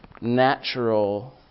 natural